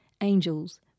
angels